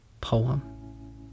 poem